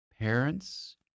Parents